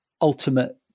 ultimate